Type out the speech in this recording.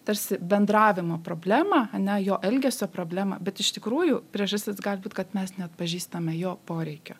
tarsi bendravimo problemą ane jo elgesio problemą bet iš tikrųjų priežastis gali būt kad mes neatpažįstame jo poreikio